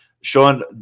sean